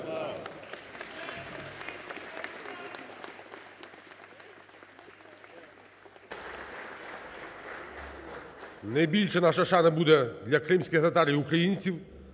Найбільша наша шана буде для кримських татар і українців